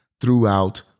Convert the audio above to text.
throughout